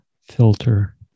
filter